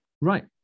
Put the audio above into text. Right